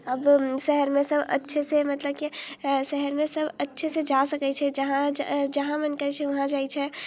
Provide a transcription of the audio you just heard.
आब शहरमे सब अच्छेसँ मतलब कि शहरमे सब अच्छेसँ जा सकै छै जहाँ जाइ जहाँ मोन करै छै वहाँ जाइ छै